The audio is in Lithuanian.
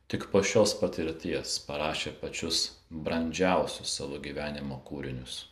tik po šios patirties parašė pačius brandžiausius savo gyvenimo kūrinius